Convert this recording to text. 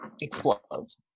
explodes